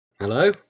Hello